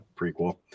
prequel